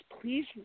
please